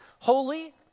Holy